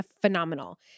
phenomenal